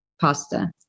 Pasta